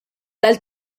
dal